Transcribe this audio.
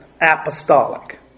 apostolic